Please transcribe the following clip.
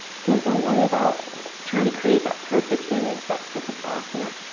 again, don't worry about trying to create that perfect image, that perfect asana.